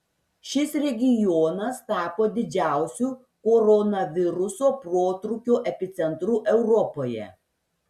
šis regionas tapo didžiausiu koronaviruso protrūkio epicentru europoje